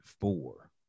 four